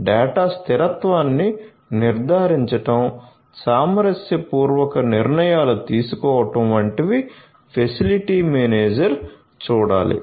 data స్థిరత్వాన్ని నిర్ధారించడం సామరస్యపూర్వక నిర్ణయాలు తీసుకోవడం వంటివి ఫెసిలిటీ మేనేజర్ చూడాలి